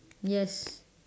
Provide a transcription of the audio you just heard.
yes